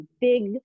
big